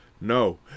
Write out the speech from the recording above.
No